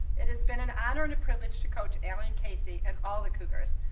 it's been an honor and a privilege to coach allen casey and all the cougars.